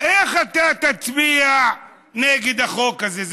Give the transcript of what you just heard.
איך אתה תצביע נגד החוק הזה?